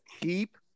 keep